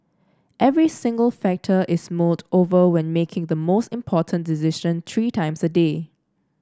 every single factor is mulled over when making the most important decision three times a day